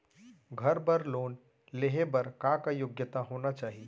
घर बर लोन लेहे बर का का योग्यता होना चाही?